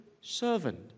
servant